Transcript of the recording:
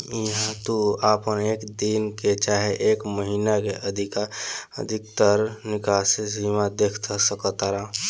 इहा तू आपन एक दिन के चाहे एक महीने के अधिकतर निकासी सीमा देख सकतार